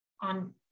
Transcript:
on